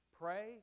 Pray